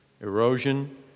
erosion